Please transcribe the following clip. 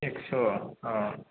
एक्स' अ